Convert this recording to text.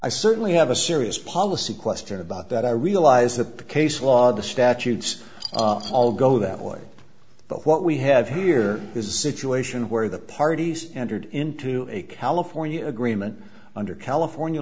i certainly have a serious policy question about that i realize that the case law the statutes all go that way but what we have here is a situation where the parties entered into a california agreement under california